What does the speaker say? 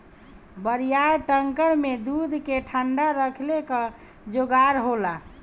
बड़ियार टैंकर में दूध के ठंडा रखले क जोगाड़ होला